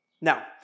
Now